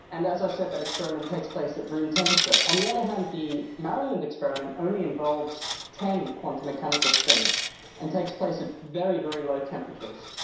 and as i said, that experiment takes place at room temperature. on the other hand, the maryland experiment only involves ten quantum mechanical spins and takes place at very, very low temperatures.